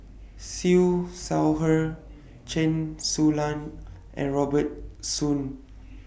Siew Shaw Her Chen Su Lan and Robert Soon